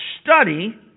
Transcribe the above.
study